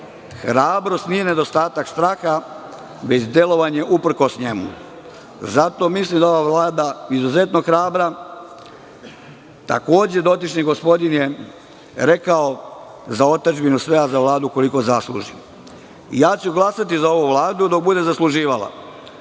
hrabrost nije nedostatak straha, već delovanje uprkos njemu. Zato mislim da ova Vlada je izuzetno hrabra. Takođe je dotični gospodin rekao – za otadžbinu sve, a za Vladu koliko zasluži. Glasaću za ovu Vladu dok god bude zasluživala,